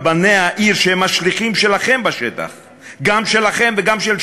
איך הסכמתם לבטל את החוק הזה ולהפקיר את עתיד